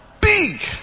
Big